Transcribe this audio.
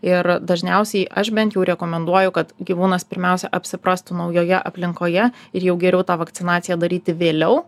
ir dažniausiai aš bent jų rekomenduoju kad gyvūnas pirmiausia apsiprastų naujoje aplinkoje ir jau geriau tą vakcinaciją daryti vėliau